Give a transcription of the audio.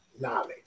knowledge